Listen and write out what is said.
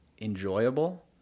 enjoyable